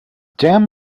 damn